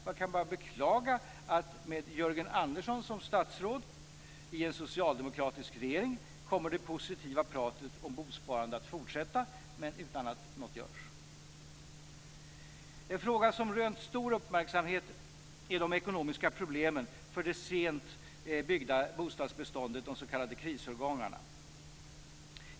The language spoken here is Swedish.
Jag kan bara beklaga att med Jörgen Andersson som statsråd i en socialdemokratisk regering kommer det positiva pratet om bosparande att fortsätta - men utan att något görs. En fråga som rönt stor uppmärksamhet är de ekonomiska problemen för det sent byggda bostadsbeståndet - de s.k. krisårgångarna.